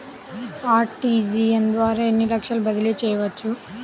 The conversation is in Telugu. అర్.టీ.జీ.ఎస్ ద్వారా ఎన్ని లక్షలు బదిలీ చేయవచ్చు?